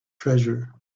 treasure